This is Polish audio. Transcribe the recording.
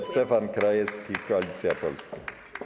Stefan Krajewski, Koalicja Polska.